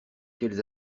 quels